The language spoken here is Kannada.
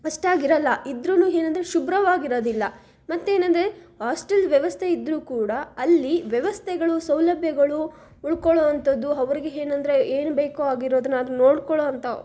ಅಷ್ಟಾಗಿರೋಲ್ಲ ಇದ್ರೂ ಏನಂದ್ರೆ ಶುಭ್ರವಾಗಿರೋದಿಲ್ಲ ಮತ್ತೇನಂದರೆ ಆಸ್ಟೆಲ್ ವ್ಯವಸ್ಥೆ ಇದ್ದರೂ ಕೂಡ ಅಲ್ಲಿ ವ್ಯವಸ್ಥೆಗಳು ಸೌಲಭ್ಯಗಳು ಉಳ್ಕೊಳ್ಳೊ ಅಂಥದ್ದು ಅವ್ರಿಗೆ ಏನಂದ್ರೆ ಏನು ಬೇಕು ಆಗಿರೋದನ್ನು ನೋಡ್ಕೊಳ್ಳೊ ಅಂತ